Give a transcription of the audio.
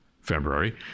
February